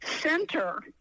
center